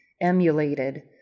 emulated